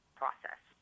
process